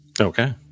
Okay